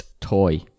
toy